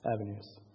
avenues